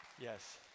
Yes